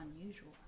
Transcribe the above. unusual